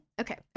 Okay